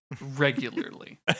regularly